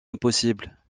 impossible